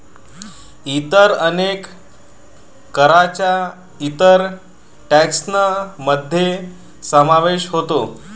इतर अनेक करांचा इतर टेक्सान मध्ये समावेश होतो